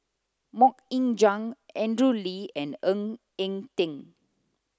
Mok Ying Jang Andrew Lee and Ng Eng Teng